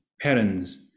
parents